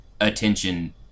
attention